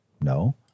No